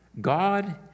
God